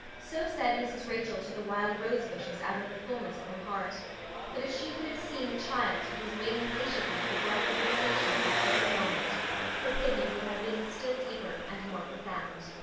so said mrs. rachel to the wild rose bushes out of the fulness of her heart but if she could have seen the child who was waiting patiently at the bright river station at that very moment her pity would have been still deeper and more profound.